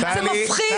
זה מפחיד,